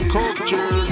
Culture